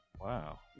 wow